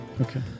Okay